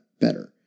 better